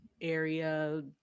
area